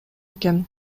экен